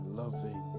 loving